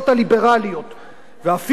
ואפילו עוד כותבים שם לסיום,